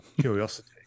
curiosity